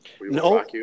No